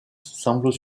semblent